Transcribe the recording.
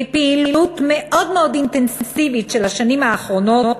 מפעילות מאוד מאוד אינטנסיבית של השנים האחרונות,